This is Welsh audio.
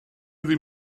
ddim